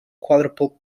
quadruple